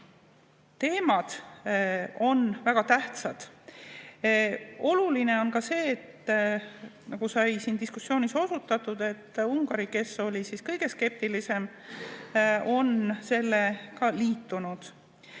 teemad on väga tähtsad. Oluline on ka see, nagu sai siin diskussioonis osutatud, et Ungari, kes oli kõige skeptilisem, on sellega liitunud.